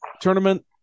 tournament